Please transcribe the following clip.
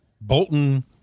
Bolton